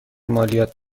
مالیات